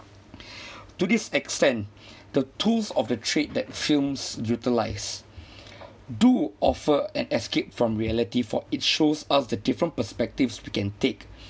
to this extent the tools of the trade that films utilise do offer an escape from reality for it shows us the different perspectives we can take